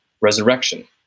resurrection